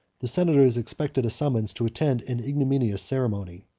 the senators expected a summons to attend an ignominious ceremony.